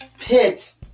Pits